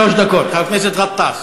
שלוש דקות, חבר הכנסת גטאס.